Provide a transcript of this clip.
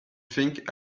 think